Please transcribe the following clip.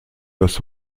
das